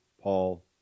Paul